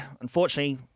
unfortunately